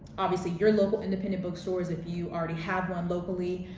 obviously your local independent bookstores if you already have one locally,